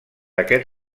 aquest